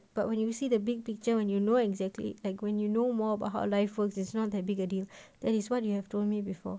because you grow up like that but when you see the big picture you know exactly like when you know more about how life works it is not that big of a deal that is what you have told me before